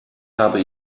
habe